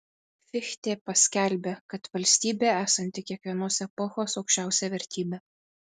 fichtė paskelbė kad valstybė esanti kiekvienos epochos aukščiausia vertybė